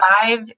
five